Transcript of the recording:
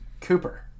Cooper